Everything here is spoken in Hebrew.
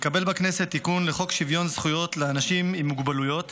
התקבל בכנסת תיקון לחוק שוויון זכויות לאנשים עם מוגבלויות